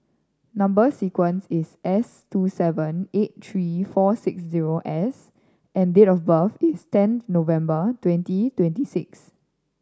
number sequence is S two seven eight three four six zero S and date of birth is ten November twenty twenty six